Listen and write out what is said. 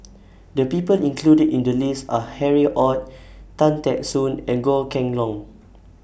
The People included in The list Are Harry ORD Tan Teck Soon and Goh Kheng Long